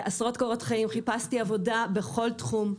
חיפשתי עבודה בכל תחום.